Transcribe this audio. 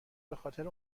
بخاطر